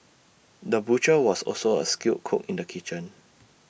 the butcher was also A skilled cook in the kitchen